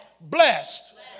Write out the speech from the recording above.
Blessed